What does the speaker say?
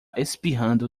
espirrando